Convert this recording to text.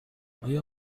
آیا